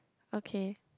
okay